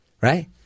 Right